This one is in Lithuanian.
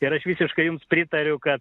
ir aš visiškai jums pritariu kad